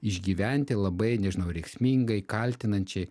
išgyventi labai nežinau rėksmingai kaltinančiai